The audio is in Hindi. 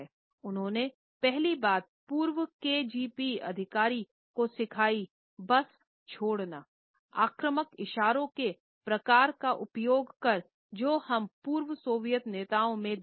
उन्होंने पहली बात पूर्व केजीबी अधिकारी को सिखाई बस छोड़ना आक्रामक इशारों के प्रकार का उपयोग कर जो हम पूर्व सोवियत नेताओं में देखेंगे